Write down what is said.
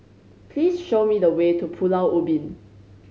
please show me the way to Pulau Ubin